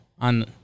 On